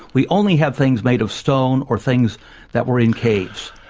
we only have things made of stone, or things that were in caves.